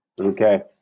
Okay